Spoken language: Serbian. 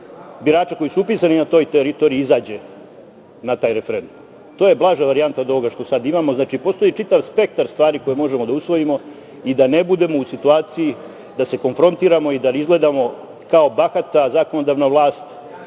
birača koji su upisani na toj teritoriji izađe na taj referendum. To je blaža varijanta od ovoga što sada imamo. Znači, postoji čitav spektar stvari koje možemo da usvojimo i da ne budemo u situaciji da se konfrontiramo i da izgledamo kao bahata zakonodavna vlast